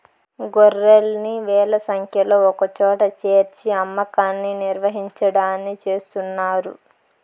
గొర్రెల్ని వేల సంఖ్యలో ఒకచోట చేర్చి అమ్మకాన్ని నిర్వహించడాన్ని చేస్తున్నారు